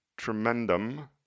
tremendum